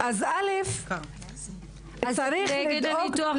אז את נגד הניתוח?